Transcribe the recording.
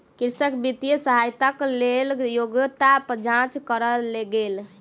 कृषक वित्तीय सहायताक लेल योग्यता जांच कयल गेल